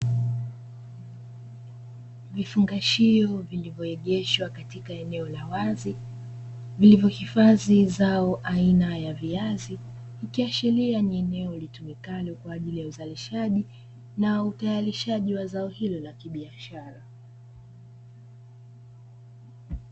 Vifungashio zilivyoegeshwa katika eneo la wazi vilivyohifadhi zao aina ya viazi, ikiashiria ni eneo litumikalo kwa ajili ya uzalishaji na utayarishaji wa zao hilo la kibiashara.